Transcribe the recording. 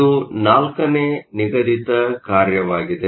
ಇದು 4ನೇ ನಿಗದಿತ ಕಾರ್ಯವಾಗಿದೆ